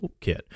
toolkit